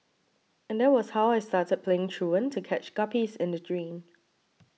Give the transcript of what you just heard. and that was how I started playing truant to catch guppies in the drain